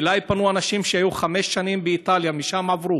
אליי פנו אנשים שהיו חמש שנים באיטליה, משם עברו